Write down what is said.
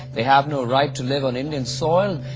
they have no right to live on indian soil.